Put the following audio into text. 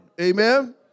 Amen